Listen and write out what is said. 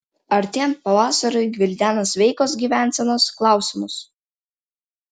artėjant pavasariui gvildena sveikos gyvensenos klausimus